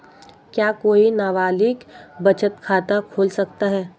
क्या कोई नाबालिग बचत खाता खोल सकता है?